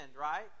right